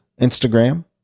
Instagram